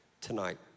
tonight